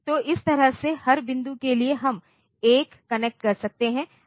तो इस तरह से हर बिंदु के लिए हम 1कनेक्ट कर सकते हैं